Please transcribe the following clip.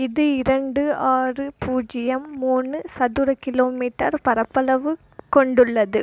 இது இரண்டு ஆறு பூஜியம் மூணு சதுர கிலோமீட்டர் பரப்பளவு கொண்டுள்ளது